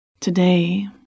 Today